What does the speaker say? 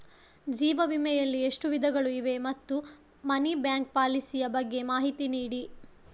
ಜೀವ ವಿಮೆ ಯಲ್ಲಿ ಎಷ್ಟು ವಿಧಗಳು ಇವೆ ಮತ್ತು ಮನಿ ಬ್ಯಾಕ್ ಪಾಲಿಸಿ ಯ ಬಗ್ಗೆ ಮಾಹಿತಿ ನೀಡಿ?